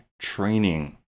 Training